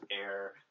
air